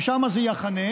ושם זה יחנה.